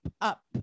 up